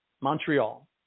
Montreal